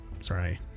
Sorry